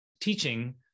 teaching